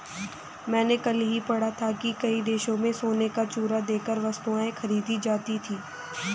मैंने कल ही पढ़ा था कि कई देशों में सोने का चूरा देकर वस्तुएं खरीदी जाती थी